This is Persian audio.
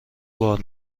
بار